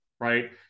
Right